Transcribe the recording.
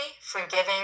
forgiving